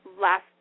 last